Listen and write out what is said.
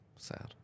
Sad